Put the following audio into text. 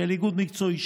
של איגוד מקצועי,